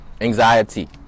anxiety